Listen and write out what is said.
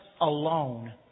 alone